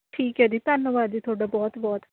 ਠੀਕ ਹੈ ਜੀ ਧੰਨਵਾਦ ਜੀ ਤੁਹਾਡਾ ਬਹੁਤ ਬਹੁਤ